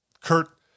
kurt